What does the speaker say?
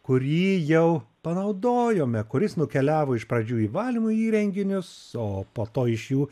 kurį jau panaudojome kuris nukeliavo iš pradžių į valymo įrenginius o po to iš jų